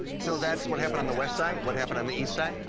so that's what happened on the west side? what happened on the east side?